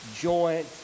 joint